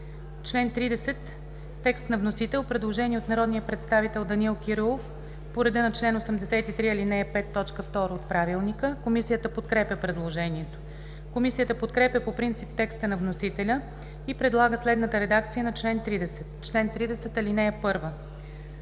чл. 30 – текст на вносителя. Предложение от народния представител Данаил Кирилов по реда на чл. 83, ал. 5, т. 2 от Правилника. Комисията подкрепя предложението. Комисията подкрепя по принцип текста на вносителя и предлага следната редакция на чл. 30: „Чл. 30. (1)